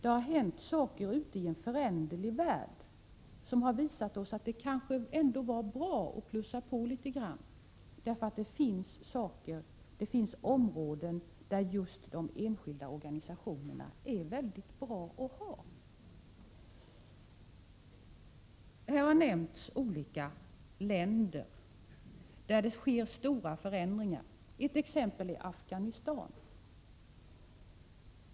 Det har inträffat händelser ute i en föränderlig värld som har visat oss att det kanske ändå kunde vara bra att plussa på litet grand, därför att det finns områden där just de enskilda organisationerna är mycket bra att ha. Det har nämnts olika länder där det sker stora förändringar. Ett exempel är Afghanistan.